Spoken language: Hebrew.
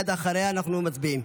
מייד לאחר מכן אנחנו מצביעים.